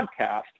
podcast